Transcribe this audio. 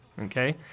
Okay